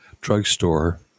drugstore